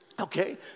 Okay